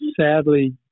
sadly